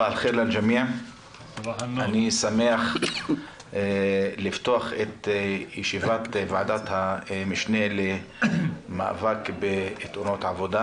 אני שמח לפתוח את ישיבת ועדת המשנה למאבק בתאונות עבודה,